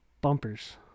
Bumpers